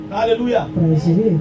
Hallelujah